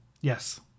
Yes